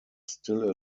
still